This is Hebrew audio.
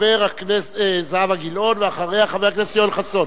חבר הכנסת יואל חסון.